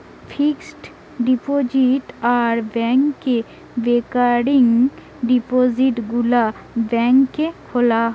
fixed deposit আর ব্যাংকে recurring ডিপোজিটে গুলা ব্যাংকে খোলা যায়